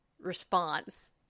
response